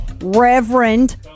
Reverend